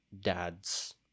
dad's